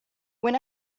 when